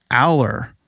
Aller